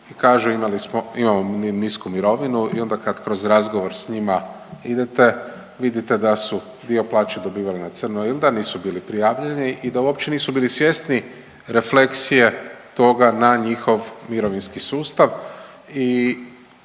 kažu imamo nisku mirovinu i onda kad kroz razgovor sa njima idete vidite da su dio plaće dobivali na crno ili da nisu bili prijavljeni i da uopće nisu bili svjesni refleksije toga na njihov mirovinski sustav